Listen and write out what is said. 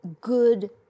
good